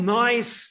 nice